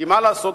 כי מה לעשות,